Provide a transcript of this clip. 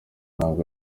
ntabwo